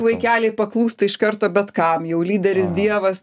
vaikeliai paklūsta iš karto bet kam jau lyderis dievas